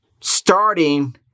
starting